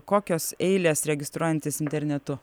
kokios eilės registruojantis internetu